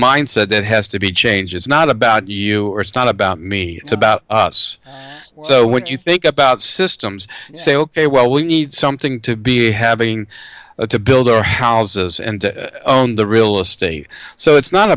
mindset that has to be changed it's not about you or it's not about me it's about us so what you think about systems say ok well we need something to be having to build our houses on the real estate so it's not